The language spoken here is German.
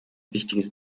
wichtiges